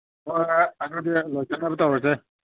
ꯍꯣꯏ ꯍꯣꯏ ꯑꯗꯨꯗꯤ ꯂꯣꯏꯁꯤꯟꯅꯕ ꯇꯧꯔꯁꯦ